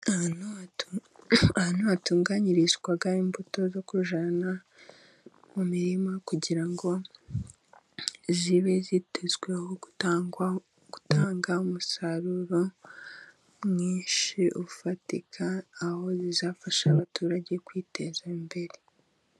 Ahantu ahantu hatunganyirizwa imbuto zo kujyana mu mirima kugira ngo zibe zitezweho gutangwa gutanga umusaruro mwinshi ufatika aho zizafasha abaturage kwiteza imbere.